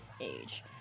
age